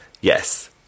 Yes